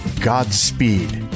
Godspeed